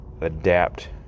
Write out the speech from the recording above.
adapt